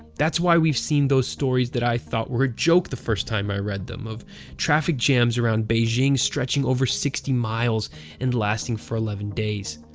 that's why we've seen those stories that i thought were a joke the first time i read them, of traffic jams around beijing stretching over sixty miles and lasting for eleven days.